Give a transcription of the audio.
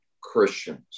Christians